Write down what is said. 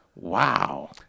Wow